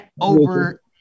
over